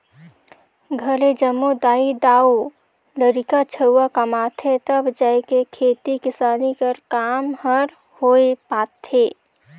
घरे जम्मो दाई दाऊ,, लरिका छउवा कमाथें तब जाएके खेती किसानी कर काम हर होए पाथे